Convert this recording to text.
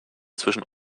zwischen